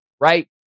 right